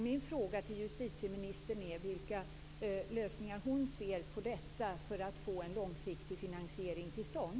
Min fråga till justitieministern är: Vilka lösningar ser hon på detta med att få att en långsiktig finansiering till stånd?